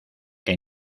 que